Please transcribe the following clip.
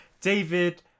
David